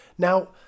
Now